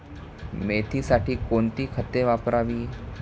मेथीसाठी कोणती खते वापरावी?